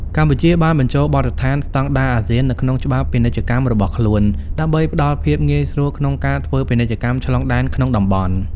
កម្ពុជាបានបញ្ចូលបទដ្ឋានស្ដង់ដារអាស៊ានទៅក្នុងច្បាប់ពាណិជ្ជកម្មរបស់ខ្លួន ដើម្បីផ្ដល់ភាពងាយស្រួលក្នុងការធ្វើពាណិជ្ជកម្មឆ្លងដែនក្នុងតំបន់។